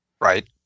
Right